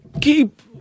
keep